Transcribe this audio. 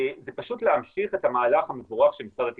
זה פשוט להמשיך את המהלך המבורך של משרד התקשורת.